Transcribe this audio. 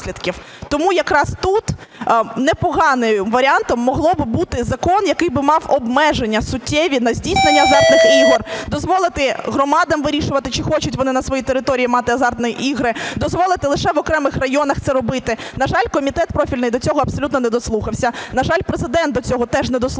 Тому якраз тут не поганим варіантом міг би бути закон, який би мав обмеження суттєві на здійснення азартних ігор, дозволити громадам вирішувати, чи хочуть вони на своїй території мати азартні ігри, дозволити лише в окремих районах це робити. На жаль, комітет профільний до цього абсолютно не дослухався. На жаль, Президент до цього теж не дослухався.